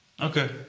Okay